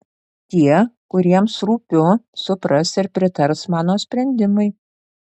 tie kuriems rūpiu supras ir pritars mano sprendimui